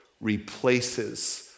replaces